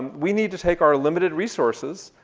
we need to take our limited resources,